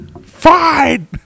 fine